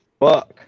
fuck